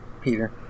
Peter